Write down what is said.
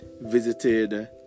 visited